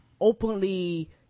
openly